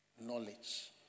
Knowledge